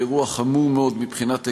באירוע חמור מאוד מבחינת היקפו,